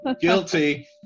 guilty